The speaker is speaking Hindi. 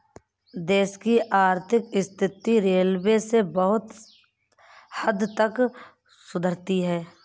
देश की आर्थिक स्थिति रेलवे से बहुत हद तक सुधरती है